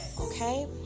Okay